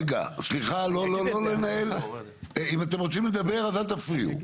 סליחה, אם אתם רוצים לדבר אז אל תפריעו.